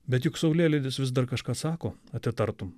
bet juk saulėlydis vis dar kažką sako atitartum